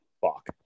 Fuck